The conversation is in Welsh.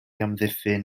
amddiffyn